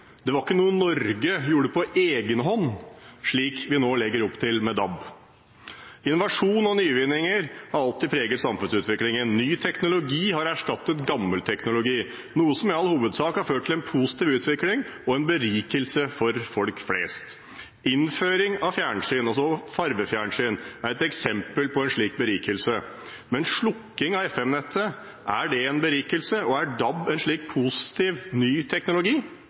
Det var ikke noe Norge gjorde på egen hånd, slik vi nå legger opp til med DAB. Innovasjon og nyvinninger har alltid preget samfunnsutviklingen. Ny teknologi har erstattet gammel teknologi, noe som i all hovedsak har ført til en positiv utvikling og en berikelse for folk flest. Innføring av fjernsyn, og så fargefjernsyn, er et eksempel på en slik berikelse. Men er slukking av FM-nettet en berikelse, og er DAB en slik positiv ny teknologi?